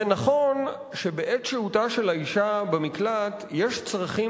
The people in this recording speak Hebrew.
זה נכון שבעת שהותה שלה האשה במקלט יש צרכים